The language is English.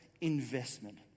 investment